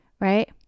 right